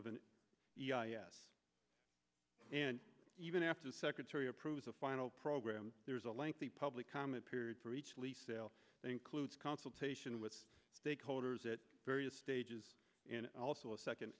an s and even after the secretary approves a final program there is a lengthy public comment period for each lease sale includes consultation with stakeholders it various stages and also a second